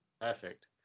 Perfect